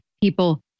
people